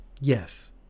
Yes